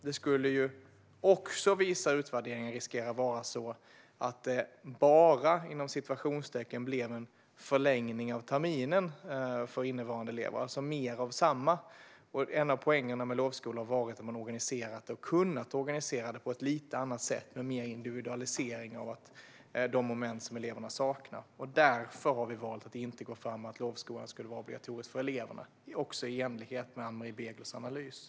Utvärderingar visar också att lovskolan riskerar att "bara" bli en förlängning av terminen för eleverna, det vill säga mer av samma sak. Och en av poängerna med lovskolan har varit att man har organiserat den på ett lite annat sätt, med mer individualisering i fråga om de moment som eleverna har saknat. Därför har vi valt att inte gå fram med att lovskolan ska vara obligatorisk för eleverna, i enlighet med Ann-Marie Beglers analys.